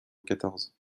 quatorze